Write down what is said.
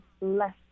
less